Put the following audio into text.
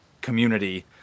community